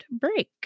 break